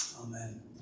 Amen